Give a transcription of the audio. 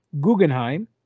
Guggenheim